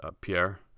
Pierre